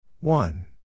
One